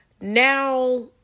Now